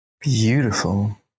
beautiful